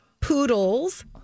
Poodles